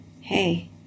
hey